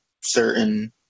certain